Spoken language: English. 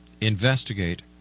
investigate